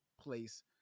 place